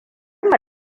mu